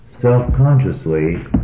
self-consciously